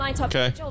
Okay